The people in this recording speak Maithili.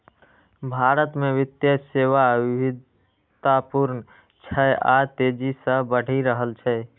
भारत मे वित्तीय सेवा विविधतापूर्ण छै आ तेजी सं बढ़ि रहल छै